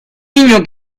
niño